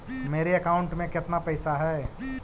मेरे अकाउंट में केतना पैसा है?